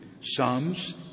Psalms